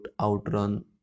outrun